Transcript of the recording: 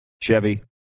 Chevy